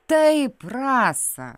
taip rasa